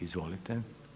Izvolite.